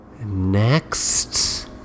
Next